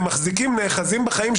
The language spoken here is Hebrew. הם נאחזים בחיים,